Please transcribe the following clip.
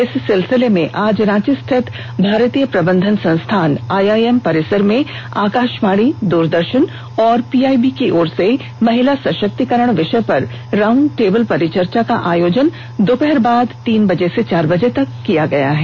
इस सिलसिल में आज रांची स्थित भारतीय प्रबंधन संस्थान आईआईएम परिसर में आकाशवाणी दूरदर्शन और पीआईबी की ओर से महिला सशक्तिकरण विषय पर राउंड टेबल परिचर्चा का आयोजन दोपहर बाद तीन से चार बजे तक किया गया है